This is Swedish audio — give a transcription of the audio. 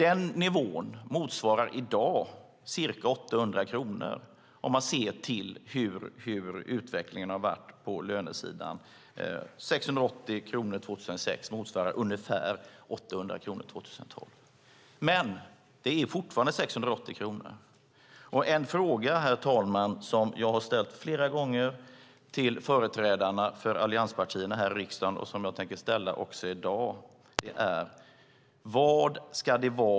Den nivån motsvarar i dag ca 800 kronor om man ser till hur utvecklingen har varit på lönesidan. 680 kronor 2006 motsvarar ungefär 800 kronor 2012. Men det är fortfarande 680 kronor.